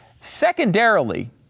secondarily